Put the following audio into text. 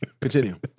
Continue